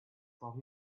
from